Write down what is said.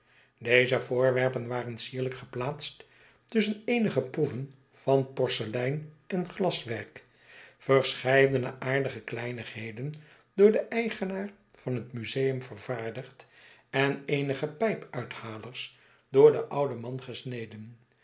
deze voorwerpen waren sierlijk geplaatst tusschen eenige proeven van porselein en glaswerk verscheidene aardige kleinigheden door den eigenaar van het museum vervaardigd en eenige pijpuithalers door den ouden man gesneden